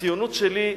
הציונות שלי,